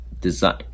design